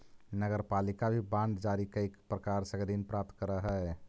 नगरपालिका भी बांड जारी कईक प्रकार से ऋण प्राप्त करऽ हई